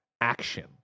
action